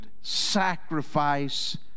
sacrifice